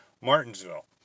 Martinsville